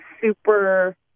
super